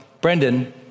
Brendan